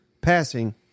passing